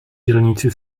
dělníci